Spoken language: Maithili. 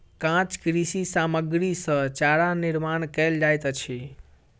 काँच कृषि सामग्री सॅ चारा निर्माण कयल जाइत अछि